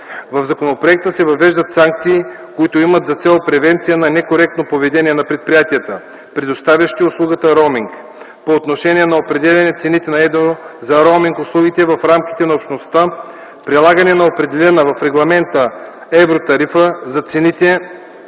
В законопроекта се въвеждат санкции, които имат за цел превенция на некоректно поведение на предприятията, предоставящи услугата „роуминг”, по отношение на определяне цените на едро за роуминг услуги в рамките на Общността, прилагане на определената в регламента „Евротарифа” за цените